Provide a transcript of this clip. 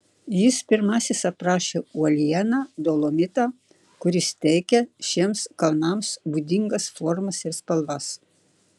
jis pirmasis aprašė uolieną dolomitą kuris suteikia šiems kalnams būdingas formas ir spalvas